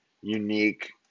unique